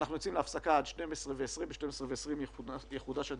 הישיבה ננעלה בשעה 12:15.